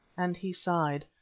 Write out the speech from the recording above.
and he sighed.